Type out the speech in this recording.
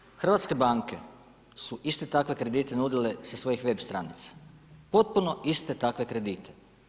Međutim, hrvatske banke su iste takve kredite nudile sa svojih web stranica, potpuno iste takve kredite.